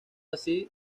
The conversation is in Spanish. así